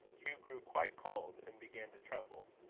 hugh grew quite cold, and began to tremble.